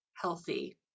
healthy